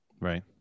Right